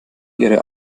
ihre